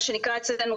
מה שנקרא אצלנו,